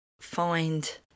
find